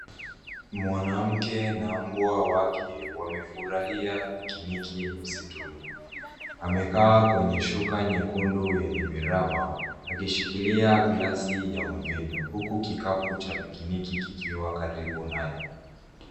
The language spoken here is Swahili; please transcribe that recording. Mwanamke na mbwa wake wamefurahia pikiniki msituni. Amekaa kwenye shuka nyekundu yenye miraba, akishikilia glasi ya mvinyo, huku kikapu cha pikiniki kikiwa karibu naye.